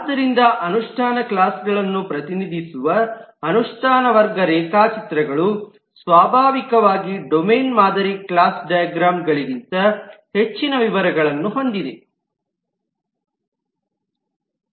ಆದ್ದರಿಂದ ಅನುಷ್ಠಾನ ಕ್ಲಾಸ್ ಗಳನ್ನು ಪ್ರತಿನಿಧಿಸುವ ಅನುಷ್ಠಾನ ವರ್ಗ ರೇಖಾಚಿತ್ರಗಳು ಸ್ವಾಭಾವಿಕವಾಗಿ ಡೊಮೇನ್ ಮಾದರಿ ಕ್ಲಾಸ್ ಡೈಗ್ರಾಮ್ಗಳಿಗಿಂತ ಹೆಚ್ಚಿನ ವಿವರಗಳನ್ನು ಹೊಂದಿವೆ